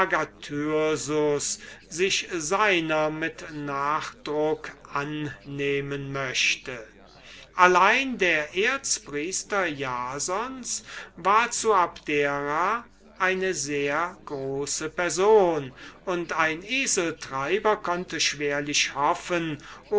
sich seiner mit nachdruck annehmen möchte allein der erzpriester jasons war zu abdera eine sehr große person und ein eseltreiber konnte schwerlich hoffen